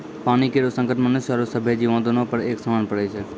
पानी केरो संकट मनुष्य आरो सभ्भे जीवो, दोनों पर एक समान पड़ै छै?